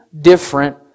different